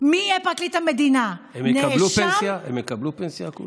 מי יהיה פרקליט המדינה, הם יקבלו פנסיה?